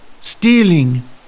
stealing